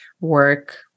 work